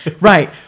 right